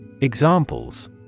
Examples